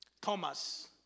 Thomas